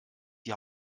die